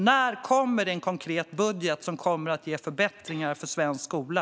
När kommer det en konkret budget som kommer att ge förbättringar för svensk skola?